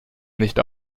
nicht